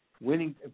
winning